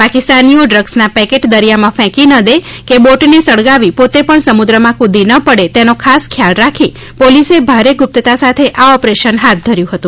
પાકિસ્તાનીઓ ડ્રગ્સના પેકેટ દરીયામાં ફેંકી ના દે કે બોટને સળગાવી પોતે પણ સમુદ્રમાં ફ્રદી ના પડે તેનો ખાસ ખ્યાલ રાખી પોલીસે ભારે ગુપ્તતા સાથે આ ઓપરેશન હાથ ધર્યું હતું